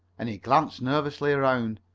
and he glanced nervously around.